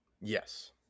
yes